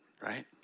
Right